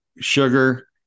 sugar